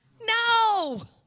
No